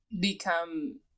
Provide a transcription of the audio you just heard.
become